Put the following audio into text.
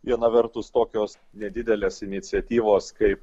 viena vertus tokios nedidelės iniciatyvos kaip